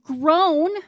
grown